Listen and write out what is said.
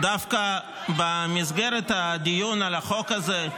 -- דווקא במסגרת הדיון על החוק הזה,